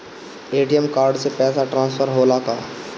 ATM card से पैसा transfer होला का?